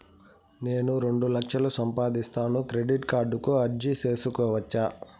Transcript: నేను రెండు లక్షలు సంపాదిస్తాను, క్రెడిట్ కార్డుకు అర్జీ సేసుకోవచ్చా?